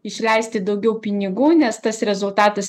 išleisti daugiau pinigų nes tas rezultatas